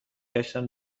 گشتم